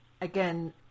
again